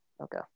Okay